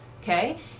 okay